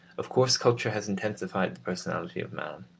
of course, culture has intensified the personality of man.